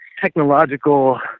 technological